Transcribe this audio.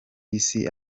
isi